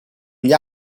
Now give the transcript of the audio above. gli